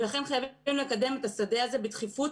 ולכן חייבים לקדם את השדה הזה בדחיפות,